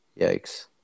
Yikes